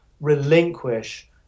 relinquish